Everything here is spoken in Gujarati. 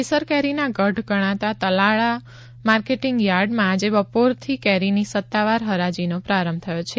કેસર કેરીના ગઢ ગણાતા તાલાળા માર્કેટિંગ યાર્ડમાં આજે બપોરથી કેરીની સત્તાવાર હરાજીનો પ્રારંભ થયો છે